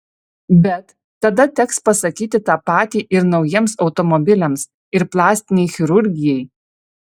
bet tada teks pasakyti tą patį ir naujiems automobiliams ir plastinei chirurgijai